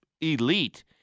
elite